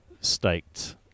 staked